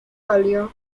valió